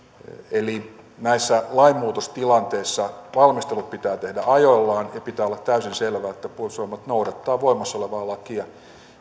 eli näissä lainmuutostilanteissa valmistelu pitää tehdä ajallaan ja pitää olla täysin selvää että puolustusvoimat noudattaa voimassa olevaa lakia